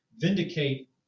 vindicate